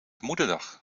moederdag